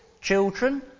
Children